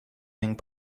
wing